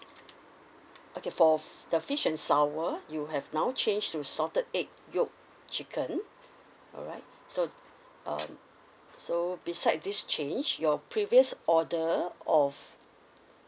okay for the fish and sour you have now change to salted egg yolk chicken alright so um so beside this change your previous order of